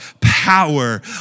Power